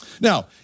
Now